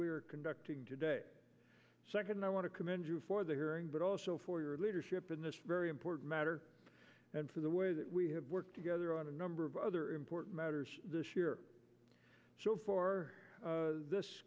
we are conducting today second i want to commend you for the hearing but also for your leadership in this very important matter and for the way that we have worked together on a number of other important matters this year so far this